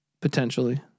potentially